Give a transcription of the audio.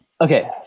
Okay